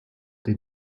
der